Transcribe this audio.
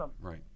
Right